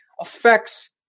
affects